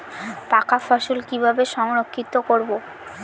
পাকা ফসল কিভাবে সংরক্ষিত করব?